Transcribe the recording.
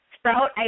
sprout